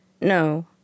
No